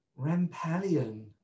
Rampalion